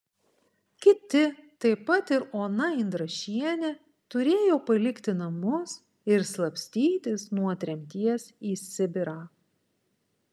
kiti taip pat ir ona indrašienė turėjo palikti namus ir slapstytis nuo tremties į sibirą